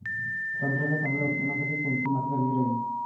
संत्र्याच्या चांगल्या उत्पन्नासाठी कोनची माती चांगली राहिनं?